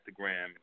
Instagram